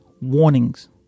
warnings